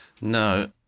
No